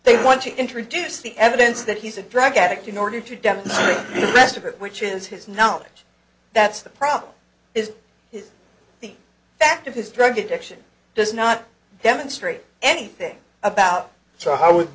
they want to introduce the evidence that he's a drug addict in order to dump the rest of it which is his knowledge that's the problem is his after his drug addiction does not demonstrate anything about so i would